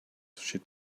she